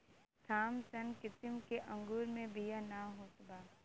Thompson किसिम के अंगूर मे बिया ना होत बा